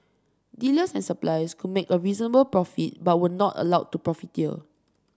dealers and suppliers could make a reasonable profit but were not allowed to profiteer